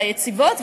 היציבות,